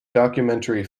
documentary